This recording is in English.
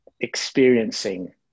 experiencing